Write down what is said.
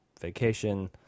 vacation